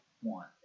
one